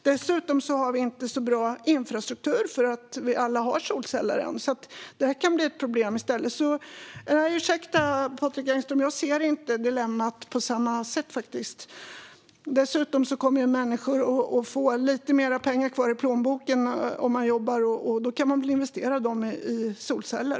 Dessutom har vi ännu inte så bra infrastruktur när det gäller solceller. Det kan bli ett problem. Ursäkta, Patrik Engström, men jag ser faktiskt inte dilemmat på samma sätt. Dessutom kommer människor att få lite mer pengar kvar i plånboken om de jobbar. Då kan de väl investera dem i solceller.